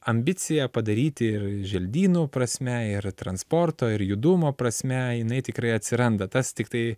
ambiciją padaryti ir želdynų prasme ir transporto ir judumo prasme jinai tikrai atsiranda tas tiktai